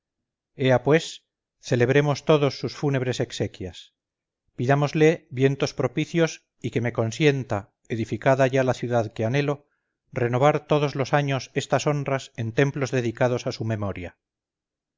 ea pues celebremos todos sus fúnebres exequias pidámosle vientos propicios y que me consienta edificada ya la ciudad que anhelo renovar todos los años estas honras en templos dedicados a su memoria